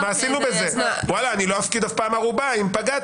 אז אני לא אפקיד אף פעם ערובה אם פגעתי,